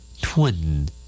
Twin